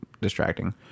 distracting